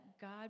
God